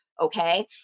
okay